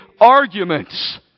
arguments